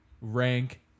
rank